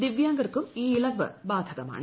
ദിവ്യാംഗർക്കും ഈ ഇളവ് ബാധകമാണ്